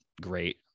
great